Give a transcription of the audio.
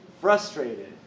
Frustrated